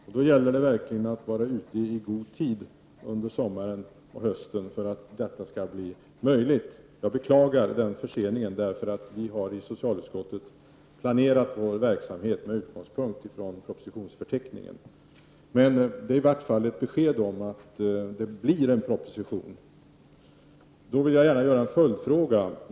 För att detta skall bli möjligt gäller det verkligen att under sommaren och hösten vara ute i god tid. Jag beklagar förseningen, för i socialutskottet har vi planerat vår verksamhet med utgångspunkt i propositionsförteckningen. Men det är i varje fall ett besked om att det blir en proposition. Jag vill gärna ställa en följdfråga.